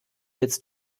jetzt